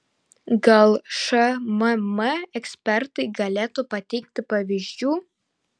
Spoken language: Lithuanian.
gal šmm ekspertai galėtų pateikti pavyzdžių